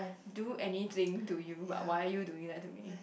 do anything to you but why are you doing that to me